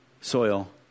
soil